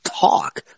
talk